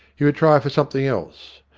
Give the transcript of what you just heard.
he would try for something else,